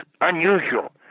unusual